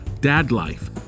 dadlife